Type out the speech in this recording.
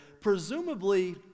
presumably